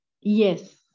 Yes